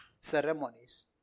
ceremonies